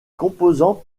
composants